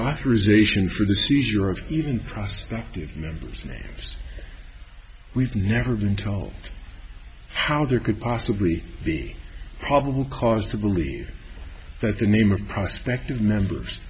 authorization for the seizure of even press members we've never been told how there could possibly be probable cause to believe that the name of prospect of members